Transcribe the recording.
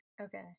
okay